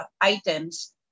items